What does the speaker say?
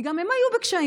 כי גם הם היו בקשיים,